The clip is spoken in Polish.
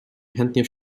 chętnie